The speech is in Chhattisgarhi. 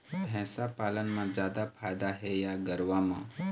भैंस पालन म जादा फायदा हे या गरवा म?